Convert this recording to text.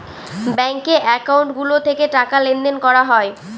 ব্যাঙ্কে একাউন্ট গুলো থেকে টাকা লেনদেন করা হয়